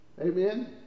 Amen